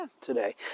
today